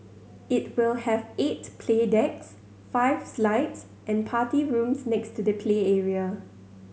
it will have eight play decks five slides and party rooms next to the play area